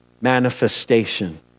Manifestation